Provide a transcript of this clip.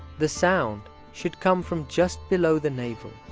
the sound should come from just below the navel.